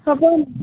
হ'ব